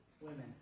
women